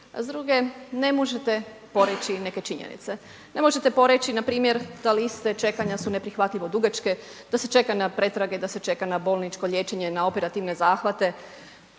a s druge, ne možete poreći neke činjenice. Ne možete poreći, npr. ta liste čekanja su neprihvatljivo dugačke, da se čeka na pretrage, da se čeka na bolničko liječenje, na operativne zahvate.